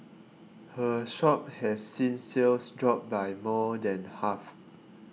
her shop has seen sales drop by more than half